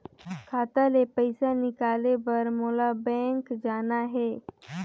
खाता ले पइसा निकाले बर मोला बैंक जाना हे?